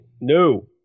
No